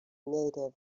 native